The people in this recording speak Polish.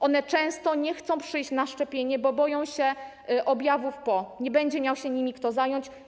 One często nie chcą przyjść na szczepienie, bo boją się objawów po nim, tego, że nie będzie miał się nimi kto zająć.